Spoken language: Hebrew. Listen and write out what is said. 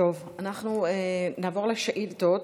טוב, אנחנו נעבור לשאילתות.